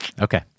Okay